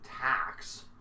tax